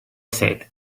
said